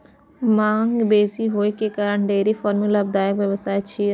मांग बेसी होइ के कारण डेयरी फार्मिंग लाभदायक व्यवसाय छियै